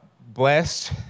blessed